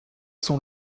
sont